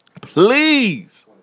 please